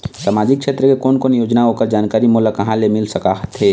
सामाजिक क्षेत्र के कोन कोन योजना हे ओकर जानकारी मोला कहा ले मिल सका थे?